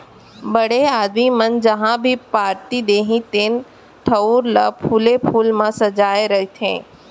बड़े आदमी मन जहॉं भी पारटी देहीं तेन ठउर ल फूले फूल म सजाय रथें